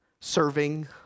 serving